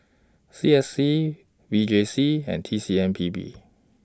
C S C V J C and T C M P B